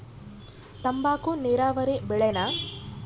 ತಂಬಾಕು ನೇರಾವರಿ ಬೆಳೆನಾ?